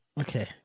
Okay